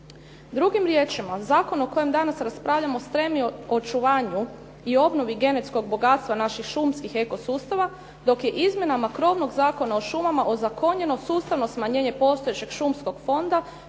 Drugim riječima, zakon o kojem danas raspravljamo stremi očuvanju i obnovi genetskog bogatstva naših šumskih eko sustava dok je izmjenama krovnog Zakona o šumama ozakonjeno sustavno smanjenje postojećeg šumskog fonda